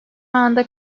anda